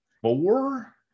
four